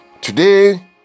Today